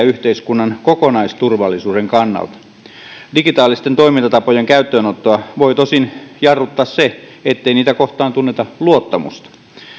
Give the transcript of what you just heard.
yhteiskunnan kokonaisturvallisuuden kannalta digitaalisten toimintatapojen käyttöönottoa voi tosin jarruttaa se ettei niitä kohtaan tunneta luottamusta